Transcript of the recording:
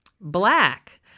Black